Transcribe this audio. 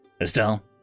estelle